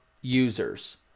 users